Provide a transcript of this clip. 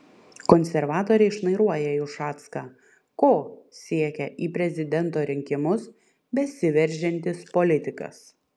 konservatoriai šnairuoja į ušacką ko siekia į prezidento rinkimus besiveržiantis politikas